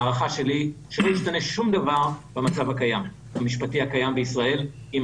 הערכה שלי שלא ישתנה שום דבר במצב המשפטי הקיים בישראל אם